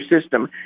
system